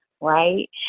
Right